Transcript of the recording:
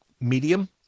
medium